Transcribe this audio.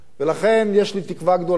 ולכן יש לי תקווה גדולה.